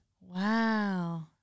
wow